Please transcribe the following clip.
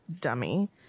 dummy